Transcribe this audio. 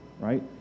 Right